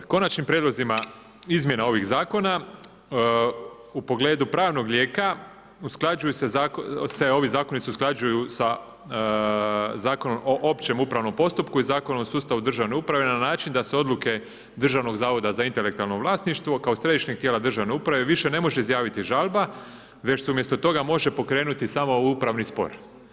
Konačnim prijedlozima izmjena ovih zakona u pogledu pravnog lijeka ovi zakoni se usklađuju sa Zakonom o općem upravnom postupku i Zakonom o sustavu državne uprave na način da se odluke Državnog zavoda za intelektualno vlasništvo kao središnjeg tijela državne uprave više ne može izjaviti žalba, već se umjesto toga može pokrenuti samo upravni spor.